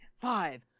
Five